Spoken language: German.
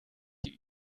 die